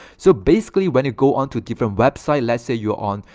so basically when you go onto different website, let's say you're on,